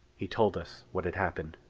he told us what had happened.